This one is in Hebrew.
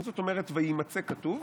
מה זאת אומרת "וימצא כתוב"?